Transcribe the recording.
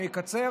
אני אקצר.